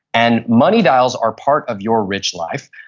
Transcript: and money dials are part of your rich life.